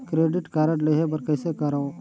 Credit card लेहे बर कइसे करव?